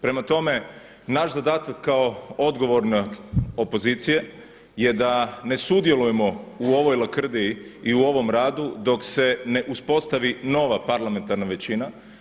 Prema tome, naš zadatak kao odgovorne opozicije je da ne sudjelujemo u ovoj lakrdiji i u ovom radu dok se ne uspostavi nova parlamentarna većina.